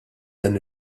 dan